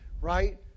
right